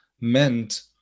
meant